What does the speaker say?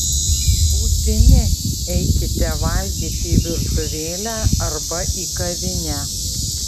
būtini eikite valgyti į virtuvėlę arba į kavinę